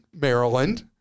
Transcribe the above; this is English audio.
Maryland